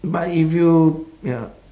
but if you ya